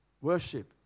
Worship